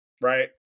right